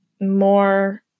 more